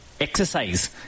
Exercise